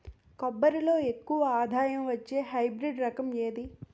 కొబ్బరి లో ఎక్కువ ఆదాయం వచ్చే హైబ్రిడ్ రకం ఏది?